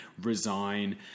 resign